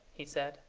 he said,